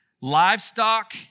livestock